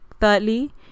Thirdly